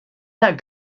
that